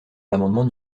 l’amendement